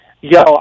yo